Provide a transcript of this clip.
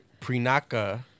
Prinaka